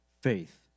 faith